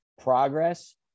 progress